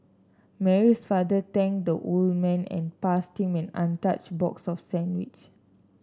Mary's father thanked the old man and passed him an untouched box of sandwiches